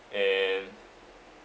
and